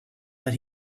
that